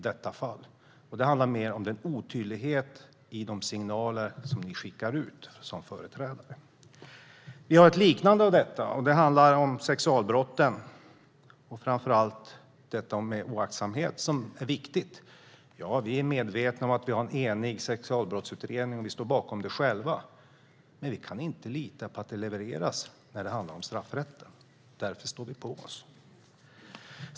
Det handlar mer om en otydlighet i de signaler som ni regeringsföreträdare skickar ut. Vi har ett liknande exempel. Det handlar om sexualbrotten och framför allt om oaktsamhet, vilket är viktigt. Jo, vi är medvetna om att vi har en enig sexualbrottsutredning, och vi står bakom den. Vi kan dock inte lita på att det som handlar om straffrätten levereras, och därför står vi på oss.